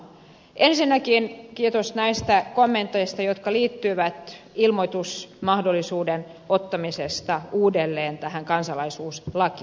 ensinnäkin kiitos näistä kommenteista jotka liittyivät ilmoitusmahdollisuuden ottamiseen uudelleen tähän kansalaisuuslakiin